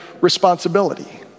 responsibility